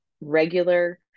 regular